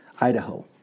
Idaho